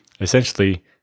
Essentially